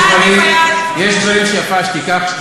יש דברים שהשתיקה יפה להם.